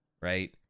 right